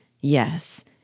Yes